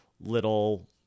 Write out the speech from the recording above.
little